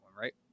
right